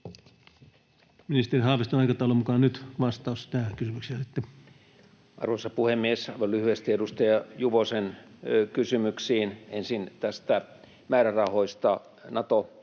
Ministeri Haaviston aikataulun mukaan nyt sitten vastaus tähän kysymykseen. Arvoisa puhemies! Aivan lyhyesti edustaja Juvosen kysymyksiin. Ensin näistä määrärahoista: